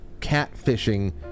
catfishing